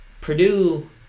Purdue